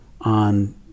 on